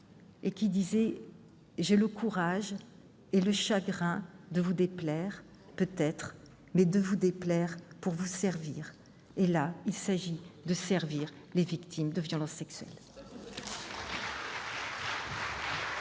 :« J'ai eu le courage et le chagrin de vous déplaire, mais de vous déplaire pour vous servir. » Là, il s'agit de servir les victimes de violences sexuelles.